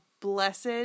blessed